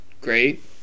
great